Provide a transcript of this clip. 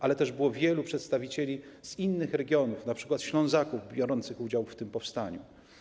Ale też było wielu przedstawicieli z innych regionów, np. Ślązaków biorących udział w tym powstaniu.